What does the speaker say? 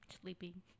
Sleeping